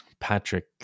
Patrick